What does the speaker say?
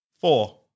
Four